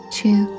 two